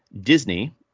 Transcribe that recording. Disney